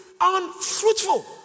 unfruitful